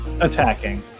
attacking